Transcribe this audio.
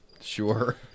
Sure